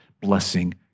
blessing